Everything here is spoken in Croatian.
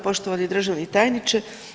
Poštovani državni tajniče.